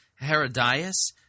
Herodias